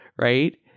right